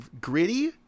gritty